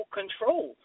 control